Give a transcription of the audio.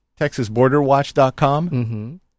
texasborderwatch.com